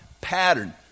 pattern